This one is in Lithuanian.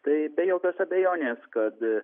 tai be jokios abejonės kad